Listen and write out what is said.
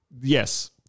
Yes